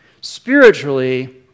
Spiritually